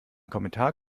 kommentar